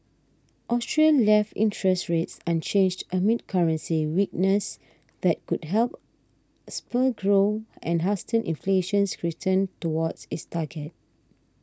Australia left interest rates unchanged amid currency weakness that could help spur growth and hasten inflation's return toward its target